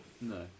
No